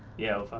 yeah, five.